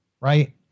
right